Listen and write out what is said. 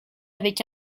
avec